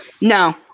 No